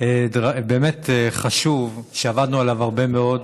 באמת חשוב שעבדנו עליו הרבה מאוד,